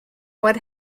what